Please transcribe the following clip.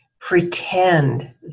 pretend